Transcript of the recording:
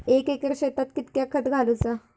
एक एकर शेताक कीतक्या खत घालूचा?